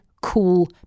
cool